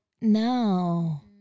no